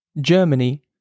Germany